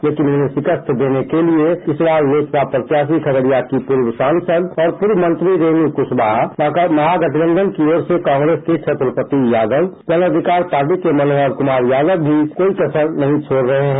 लेकिन उन्हें शिकस्त देने के लिए इस बार लोजपा प्रत्याशी खगड़िया की पूर्व सांसद और पूर्व मंत्री रेणु कुशवाहा महागठबंधन की ओर से कांग्रेस के छत्रपति यादव जन अधिकार पार्टी के मनोहर कुमार यादव भी कोई कसर नहीं छोड़ रहे हैं